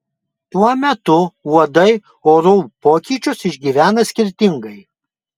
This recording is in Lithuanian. tuo metu uodai orų pokyčius išgyvena skirtingai